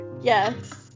Yes